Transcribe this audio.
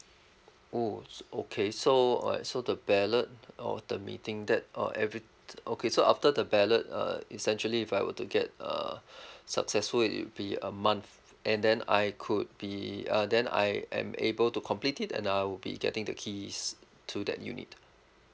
oh okay so uh so the ballot or the meeting that uh every~ okay so after the ballot uh essentially if I were to get uh successful it'll be a month and then I could be uh then I am able to complete it and I'll be getting the keys to that unit